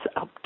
up